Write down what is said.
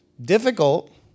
Difficult